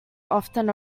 often